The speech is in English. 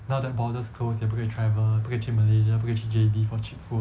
now that borders close 也不可以 travel 不可以去 malaysia 不可以去 J_B for cheap food